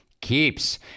Keeps